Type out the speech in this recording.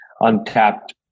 untapped